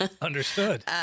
Understood